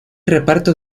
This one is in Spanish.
reparto